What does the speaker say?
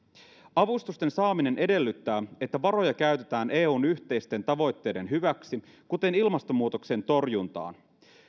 avustusten saaminen edellyttää että varoja käytetään eun yhteisten tavoitteiden hyväksi kuten ilmastonmuutoksen torjuntaan